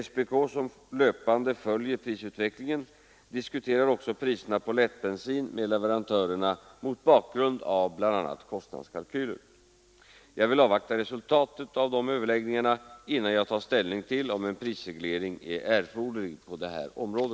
SPK, som löpande följer prisutvecklingen, diskuterar också priserna på lättbensin med leverantörerna mot bakgrund av bl.a. kostnadskalkyler. Jag vill avvakta resultatet av dessa överläggningar innan jag tar ställning till om en prisreglering är erforderlig på detta område.